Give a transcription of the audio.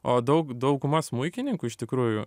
o daug dauguma smuikininkų iš tikrųjų